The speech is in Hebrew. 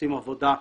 ועושים עבודה.